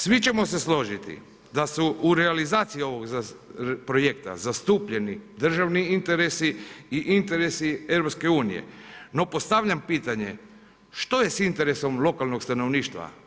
Svi ćemo se složiti da su u realizaciji ovog projekta zastupljeni državni interesi i interesi EU, no postavljam pitanje, što je s interesom lokalnog stanovništva?